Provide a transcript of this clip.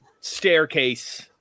staircase